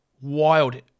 Wild